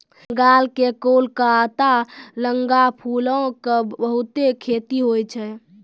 बंगाल के कोलकाता लगां फूलो के बहुते खेती होय छै